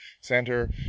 center